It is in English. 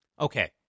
Okay